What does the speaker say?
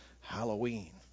Halloween